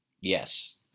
Yes